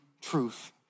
truth